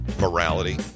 morality